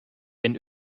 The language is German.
wenn